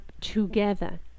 together